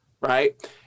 right